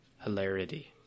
hilarity